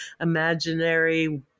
imaginary